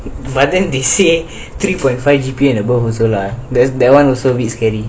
but then they say three point five G_P_A and above also lah then that one also abit scary